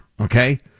Okay